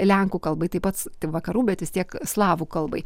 lenkų kalbai tai pats tai vakarų bet vis tiek slavų kalbai